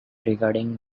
regarding